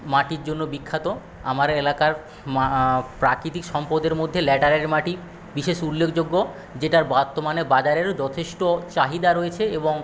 মাটির জন্য বিখ্যাত আমার এলাকার প্রাকৃতিক সম্পদের মধ্যে ল্যাটারাইট মাটি বিশেষ উল্লেখযোগ্য যেটার বর্তমানে বাজারেরও যথেষ্ট চাহিদা রয়েছে এবং